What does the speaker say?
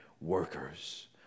workers